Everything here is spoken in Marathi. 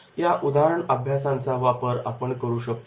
या केस स्टडीजचा वापर आपण करू शकतो